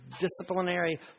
disciplinary